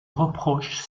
reproche